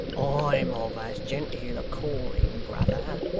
i'm of as gen-teel a calling, brother,